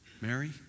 Mary